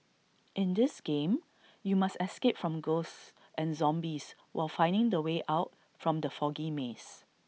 in this game you must escape from ghosts and zombies while finding the way out from the foggy maze